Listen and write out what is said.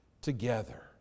together